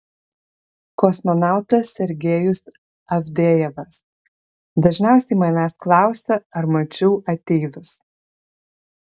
kosmonautas sergejus avdejevas dažniausiai manęs klausia ar mačiau ateivius